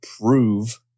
prove